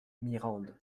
mirande